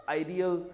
ideal